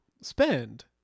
spend